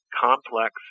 complex